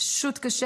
פשוט קשה,